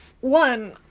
One